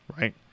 right